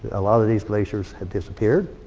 a lot of these glaciers have disappeared.